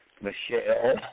Michelle